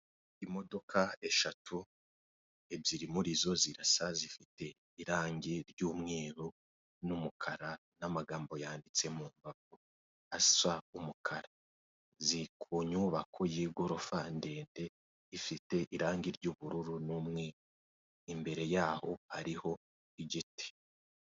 Imodoka eshatu, ebyiri muri zo zirasa, zifite irangi ry'umweru n'umukara n'amagambo yanditse mu mbavu asa nk'umukara. Ziri ku nyubako y'igorofa ndende ifite irangi ry'ubururu n'umweru. Imbere yaho hariho igiti.